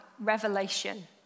revelation